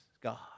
God